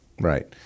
Right